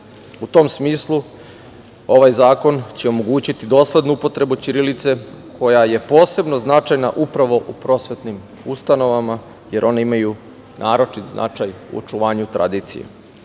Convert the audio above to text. tom smislu, ovaj zakon će omogućiti doslednu upotrebu ćirilice koja je posebno značajna upravo u prosvetnim ustanovama, jer one imaju naročit značaj u očuvanju tradicije. Razume